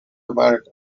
america